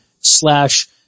slash